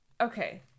Okay